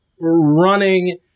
running